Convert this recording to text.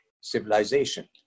civilization